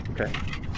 Okay